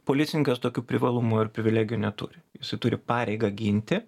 policininkas tokių privalumų ir privilegijų neturi jisai turi pareigą ginti